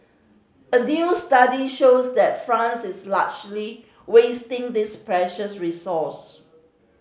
a new study shows that France is largely wasting this precious resource